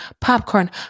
Popcorn